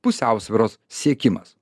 pusiausvyros siekimas